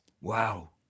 Wow